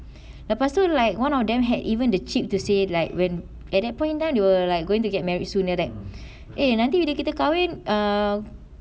lepas tu like one of them had even the cheek to say like when at that point kan they will like going to get married soon they'll like eh nanti bila kita kahwin uh